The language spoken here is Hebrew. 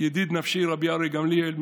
ידיד נפשי ר' אריה גמליאל,